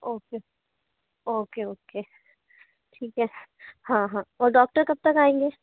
okay okay okay ठीक है हाँ हाँ और डॉक्टर कब तब आएंगे